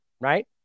right